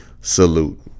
salute